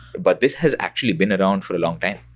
but this has actually been around for a long time.